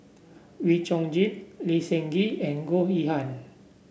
Wee Chong Jin Lee Seng Gee and Goh Yihan